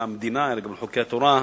לחוקי התורה,